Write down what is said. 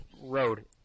road